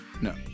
No